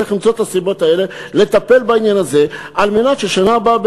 צריך למצוא את הסיבות האלה ולטפל בעניין הזה על מנת שבשנה הבאה,